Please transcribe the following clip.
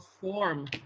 form